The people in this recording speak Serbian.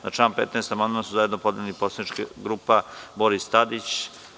Na član 15. amandman su zajedno podneli poslanička grupa Boris Tadić.